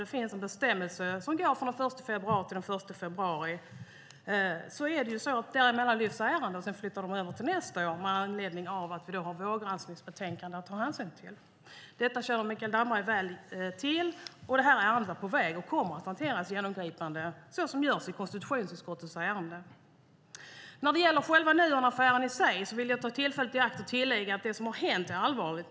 Det finns en bestämmelse som går från den 1 februari till den 1 februari, och däremellan lyfts ärenden fram. Sedan flyttas de över till nästa år, med anledning av att vi har vårgranskningsbetänkandet att ta hänsyn till. Detta känner Mikael Damberg väl till, och ärendet är på väg och kommer att hanteras genomgripande på det sätt som görs när det gäller konstitutionsutskottets ärenden. När det gäller Nuonaffären i sig vill jag ta tillfället i akt och tillägga att det som har hänt är allvarligt.